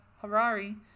Harari